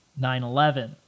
9-11